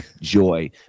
joy